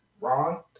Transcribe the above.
Ron